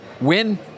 Win